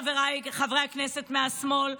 חבריי חברי הכנסת מהשמאל,